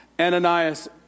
Ananias